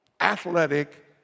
athletic